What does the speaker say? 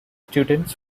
students